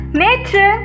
nature